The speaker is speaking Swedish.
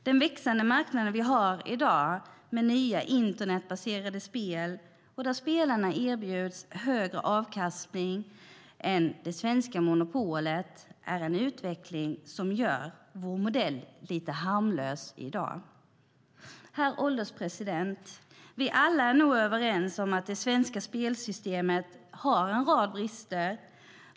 Den växande marknad som finns i dag med nya internetbaserade spel och där spelarna erbjuds högre avkastning än det svenska monopolet ger en utveckling som gör vår modell lite harmlös. Herr ålderspresident! Vi är alla nog överens om att det svenska spelsystemet har en rad brister.